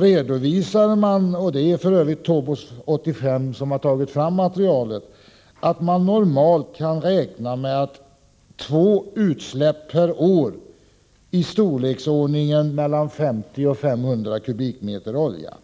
redovisas — det är f. ö. TOBOS 85-utredningen som tagit fram materialet — att man normalt sett får räkna med två utsläpp per år i storleksordningen 50-500 kubikmeter olja.